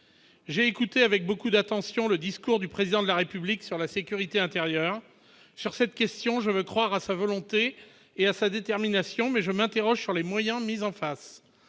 j'ai écouté avec beaucoup d'attention le discours du président de la République sur la sécurité intérieure, sur cette question, je veux croire à sa volonté et à sa détermination, mais je m'interroge sur les moyens mis en face,